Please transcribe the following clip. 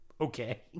Okay